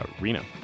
Reno